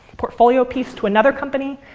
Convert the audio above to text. portfolio piece to another company.